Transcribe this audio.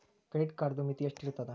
Credit ಕಾರ್ಡದು ಮಿತಿ ಎಷ್ಟ ಇರ್ತದ?